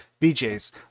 BJ's